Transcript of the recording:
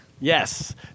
yes